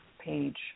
page